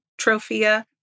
Trophia